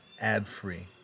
ad-free